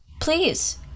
Please